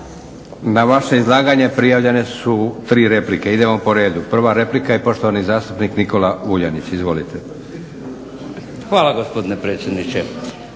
Na vaše izlaganje prijavljene su 3 replike. Idemo po redu. Prva replika i poštovani zastupnik Nikola Vuljanić, izvolite. **Vuljanić,